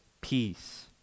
peace